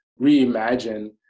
reimagine